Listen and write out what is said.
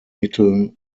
mitteln